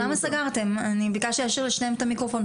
זאת אומרת לאחר הכשרה מקצועית?